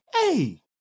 Hey